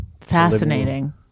fascinating